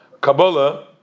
Kabbalah